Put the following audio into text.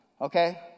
okay